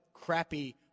crappy